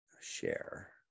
Share